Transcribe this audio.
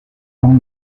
dans